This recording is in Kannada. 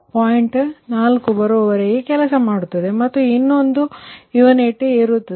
4 ಬರುವವರೆಗೆ ಕೆಲಸ ಮಾಡುತ್ತದೆ ಮತ್ತು ಅದರ ನಂತರ ಮತ್ತೊಂದು ಯುನಿಟ್ ಇರುತ್ತದೆ